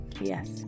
Yes